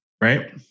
right